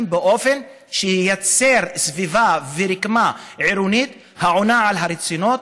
באופן שייצר סביבה ורקמה עירונית העונה על הרצונות,